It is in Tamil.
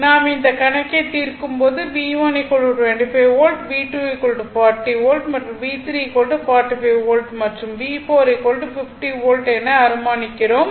நாம் இந்த கணக்கை தீர்க்கும் போது V1 25 volt V2 40 volt V345 volt மற்றும் V450 வோல்ட் என அனுமானிக்கிறோம்